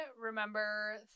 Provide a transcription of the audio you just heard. remember